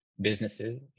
businesses